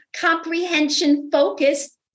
comprehension-focused